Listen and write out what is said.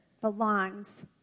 belongs